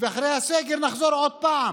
ואחרי הסגר נחזור עוד פעם